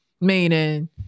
Meaning